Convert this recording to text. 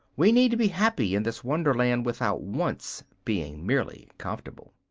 we need to be happy in this wonderland without once being merely comfortable.